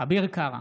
אביר קארה,